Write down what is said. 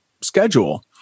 schedule